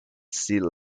sea